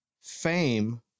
fame